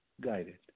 guided